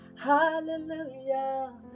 hallelujah